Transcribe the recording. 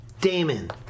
Damon